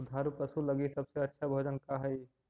दुधार पशु लगीं सबसे अच्छा भोजन का हई?